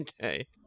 Okay